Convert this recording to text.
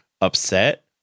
upset